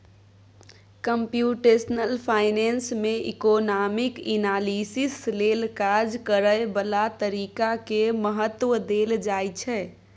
computational finance में economic analysis लेल काज करए बला तरीका के महत्व देल जाइ छइ